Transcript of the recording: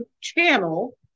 channel